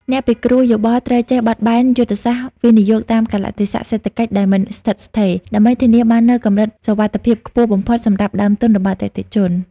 អ្នកពិគ្រោះយោបល់ត្រូវចេះបត់បែនយុទ្ធសាស្ត្រវិនិយោគតាមកាលៈទេសៈសេដ្ឋកិច្ចដែលមិនស្ថិតស្ថេរ ដើម្បីធានាបាននូវកម្រិតសុវត្ថិភាពខ្ពស់បំផុតសម្រាប់ដើមទុនរបស់អតិថិជន។